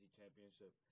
championship